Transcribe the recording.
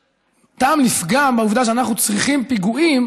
יש טעם לפגם בעובדה שאנחנו צריכים פיגועים